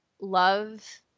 love